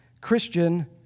Christian